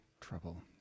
Trouble